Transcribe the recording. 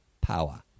power